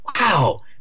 wow